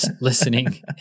listening